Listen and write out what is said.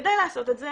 כדי לעשות את זה